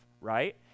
right